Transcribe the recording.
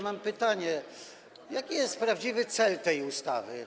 Mam pytania: Jaki jest prawdziwy cel tej ustawy?